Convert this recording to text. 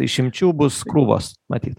išimčių bus krūvos matyt